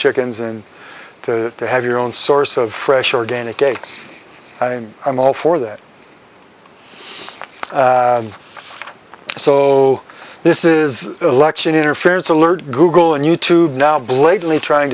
chickens and to have your own source of fresh organic cakes i am all for that so this is election interference alert google and youtube now blatantly trying